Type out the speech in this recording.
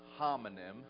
homonym